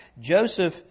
Joseph